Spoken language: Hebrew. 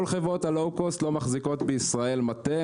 כל חברות הלואו קוסט לא מחזיקות בישראל מטה,